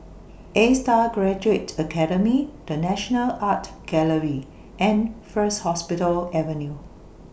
A STAR Graduate Academy The National Art Gallery and First Hospital Avenue